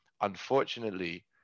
Unfortunately